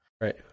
Right